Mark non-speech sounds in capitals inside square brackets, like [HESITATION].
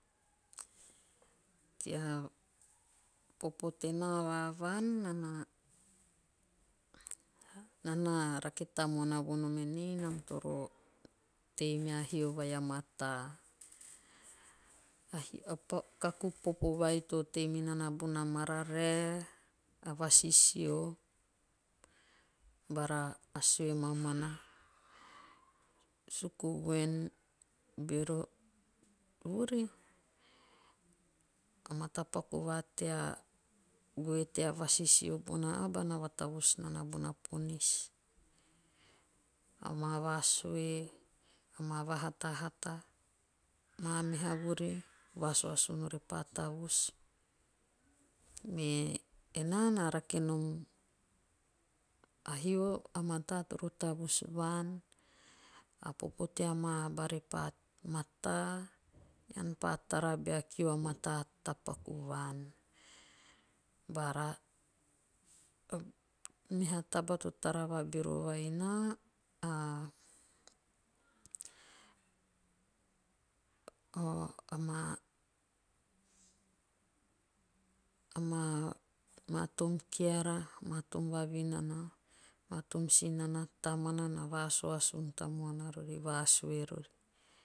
Tea popo tenaa va vaan. naa na raake tamuana vonom enei nam toro tei mea hio vai a mmatoa. A hio a [HESITATION] kakiu popo vai tei minana bona mararae. a vasisio bara a sue mamani. suku voen bero vuri. a matapaku va tea goe tea vasisio bona aba na vatavus nana bona ponis. amaa vasue. amaa va hatahata. Maa meha vuri vasuasun repa tavus. me anee na rake nom a hio a matoa toro tavus vaon. a popo tea aba repa mataa. ean pa tara bea kiu a matoa tapaku vaan. Bara meha taba to tara va bero vai naa. a- ama [HESITATION] maa tom keara. maa tom vavinana. maa tom sinana tamuana na vasusun tamuana rori. vasue rori.